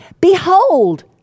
Behold